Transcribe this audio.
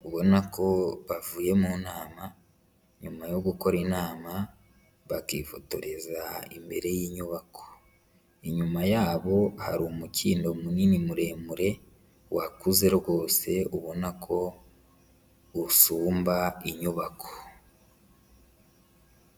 Ubona ko bavuye mu nama, nyuma yo gukora inama bakifotoreza imbere y'inyubako, inyuma yabo hari umukindo munini muremure wakuze rwose, ubona ko usumba inyubako.